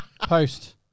post